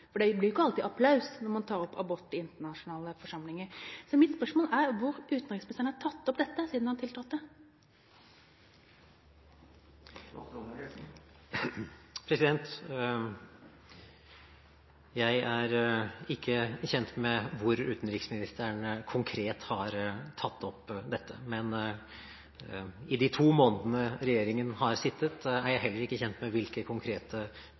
for det blir jo ikke alltid applaus når man tar opp spørsmål rundt abort i internasjonale forsamlinger. Så mitt spørsmål er: Hvor har utenriksministeren tatt opp dette siden han tiltrådte? Jeg er ikke kjent med hvor utenriksministeren konkret har tatt opp dette, og i de to månedene regjeringen har sittet, har jeg heller ikke blitt kjent med i hvilke konkrete